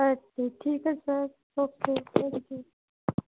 ਅੱਛਾ ਠੀਕ ਹੈ ਸਰ ਓਕੇ ਥੈਂਕ ਯੂ